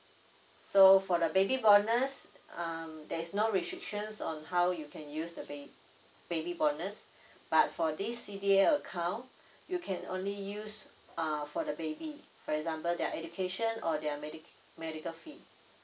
so for the baby bonus um there's no restrictions on how you can use the baby bonus but for this C_D_A account you can only use err for the baby for example their education or their medica~ medical fees